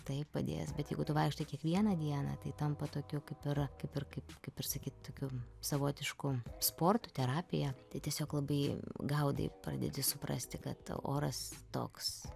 tai padės bet jeigu tu vaikštai kiekvieną dieną tai tampa tokiu kaip ir kaip ir kaip kaip ir sakyt tokiu savotišku sportu terapija tai tiesiog labai gaudai pradedi suprasti kad oras toks